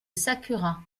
sakura